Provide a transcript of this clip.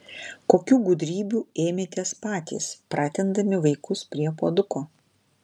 kokių gudrybių ėmėtės patys pratindami vaikus prie puoduko